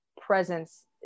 presence